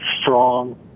strong